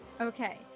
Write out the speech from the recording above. Okay